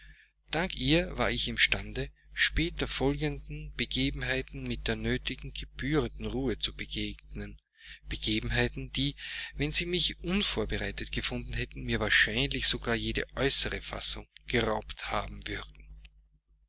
ihr war ich imstande später folgenden begebenheiten mit der nötigen gebührenden ruhe zu begegnen begebenheiten die wenn sie mich unvorbereitet gefunden hätten mir wahrscheinlich sogar jede äußere fassung geraubt haben würden